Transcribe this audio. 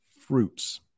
fruits